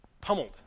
pummeled